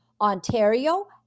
Ontario